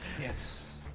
Yes